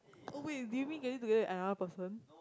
oh wait did you mean getting together with another person